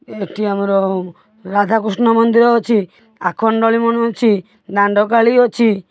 ଏଇଠି ଆମର ରାଧାକୃଷ୍ଣ ମନ୍ଦିର ଅଛି ଆଖଣ୍ଡଳୀ ମନ୍ଦିର ଅଛି ଦାଣ୍ଡକାଳୀ ଅଛି